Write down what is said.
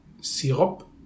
Sirop